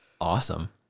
Awesome